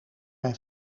mijn